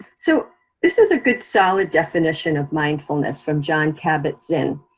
so this is a good solid definition of mindfulness from jon kabat-zinn.